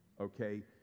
Okay